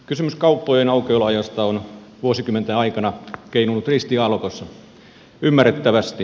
kysymys kauppojen aukioloajoista on vuosikymmenten aikana keinunut ristiaallokossa ymmärrettävästi